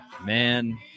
Man